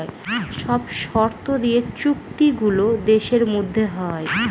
সব শর্ত দিয়ে চুক্তি গুলো দেশের মধ্যে হয়